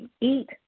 eat